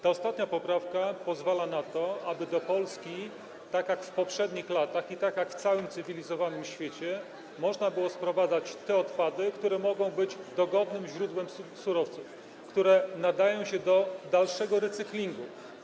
Ta ostatnia poprawka pozwala na to, aby do Polski, tak jak w poprzednich latach i tak jak w całym cywilizowanym świecie, można było sprowadzać te odpady, które mogą być dogodnym źródłem surowców, które nadają się do dalszego recyklingu.